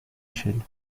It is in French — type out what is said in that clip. échelle